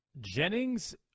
Jennings